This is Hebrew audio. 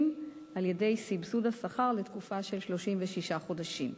על-ידי סבסוד השכר לתקופה של 36 חודשים.